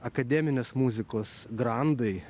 akademinės muzikos grandai